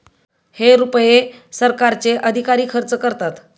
हे रुपये सरकारचे अधिकारी खर्च करतात